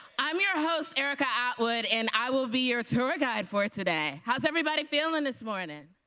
i'm your host erica atwood, and i will be your tour guide for today. how's everybody feeling this morning?